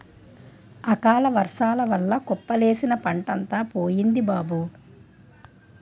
అకాలవర్సాల వల్ల కుప్పలేసిన పంటంతా పోయింది బాబూ